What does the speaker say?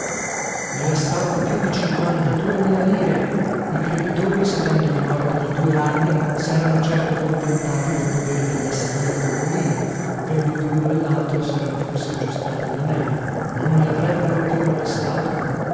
i restavano più di cinquantadue mila lire i creditori sapendomi morto da due anni serano certo contentati del podere della stìa col mulino venduto luno e laltro serano forse aggiustati alla meglio non mi avrebbero più molestato